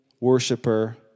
worshiper